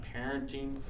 parenting